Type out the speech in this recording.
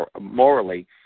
morally